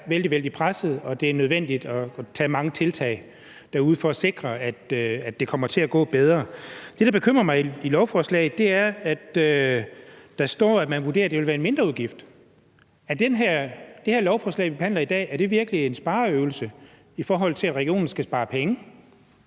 vældig, vældig presset, og at det er nødvendigt at tage mange tiltag derude for at sikre, at det kommer til at gå bedre. Det, der bekymrer mig ved lovforslaget, er, at der står, at man vurderer, at det vil indebære en mindreudgift. Er det lovforslag, vi behandler i dag, i virkeligheden en spareøvelse, med henblik på at regionerne skal spare penge?